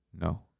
No